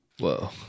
Whoa